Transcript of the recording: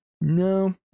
No